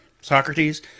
Socrates